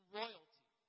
royalty